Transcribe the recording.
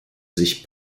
sich